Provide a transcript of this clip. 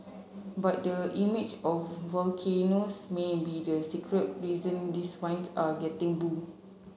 but the image of volcanoes may be the secret reason these wines are getting bu